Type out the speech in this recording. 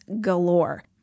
galore